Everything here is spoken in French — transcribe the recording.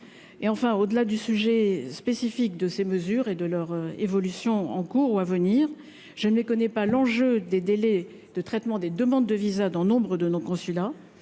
et enfin, au-delà du sujet spécifique de ces mesures et de leur évolution en cours ou à venir, je ne les connais pas l'enjeu des délais de traitement des demandes de VISA dans nombre de nos consulats,